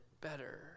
better